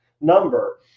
number